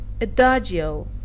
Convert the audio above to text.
Adagio